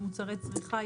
"מוצרי צריכה",